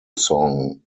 song